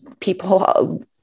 People